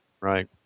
Right